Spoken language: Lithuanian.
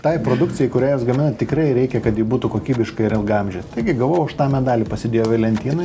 tai produkcijai kurią jūs gaminat tikrai reikia kad ji būtų kokybiška ir ilgaamžė taigi gavau aš tą medalį pasidėjau į lentyną